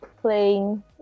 playing